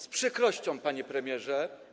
Z przykrością, panie premierze.